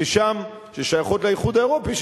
ששייכות לאיחוד האירופי,